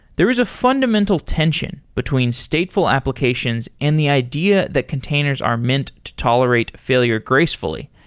there is a fundamental tension between stateful applications in the idea that containers are meant to tolerate failure gracefully,